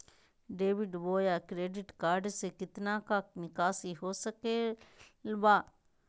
Debit बोया credit card से कितना का निकासी हो सकल बा?